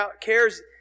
cares